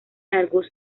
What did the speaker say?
argos